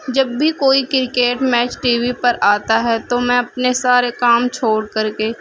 جب بھی کوئی کرکٹ میچ ٹی وی پر آتا ہے تو میں اپنے سارے کام چھوڑ کر کے